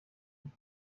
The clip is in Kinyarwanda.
guha